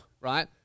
right